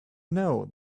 know